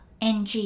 NG